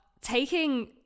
taking